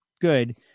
good